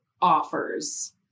offers